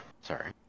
Sorry